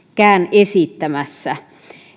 esittämässä